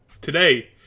today